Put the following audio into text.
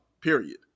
period